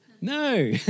No